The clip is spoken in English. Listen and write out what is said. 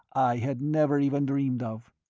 i had never even dreamed of.